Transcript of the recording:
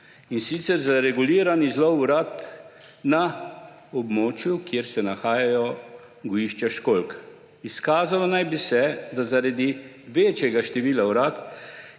in sicer za reguliran izlov orad na območju, kje se nahajajo gojišča školjk. Izkazalo naj bi se, da zaradi večjega števila orad,